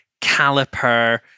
caliper